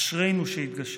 אשרינו שהתגשם.